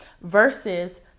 versus